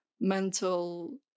mental